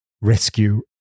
rescue